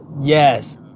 yes